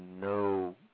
no